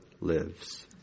lives